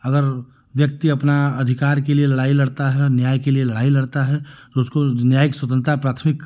अगर व्यक्ति अपना अधिकार के लिए लड़ाई लड़ता है और न्याय के लिए लड़ाई लड़ता है तो उसको न्यायिक स्वतंत्रता प्राथमिक